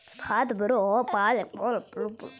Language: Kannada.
ಕಮರ್ಷಿಯಲ್ ಬ್ಯಾಂಕುಗಳು ಡ್ರಾಫ್ಟ್ ಮತ್ತು ಚೆಕ್ಕುಗಳನ್ನು ನೀಡುತ್ತದೆ